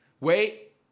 Wait